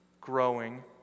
growing